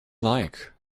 like